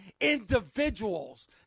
individuals